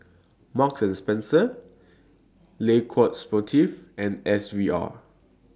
Marks and Spencer Le Coq Sportif and S V R